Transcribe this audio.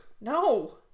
No